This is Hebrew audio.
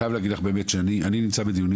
אני חייב להגיד לך באמת שאני נמצא בדיונים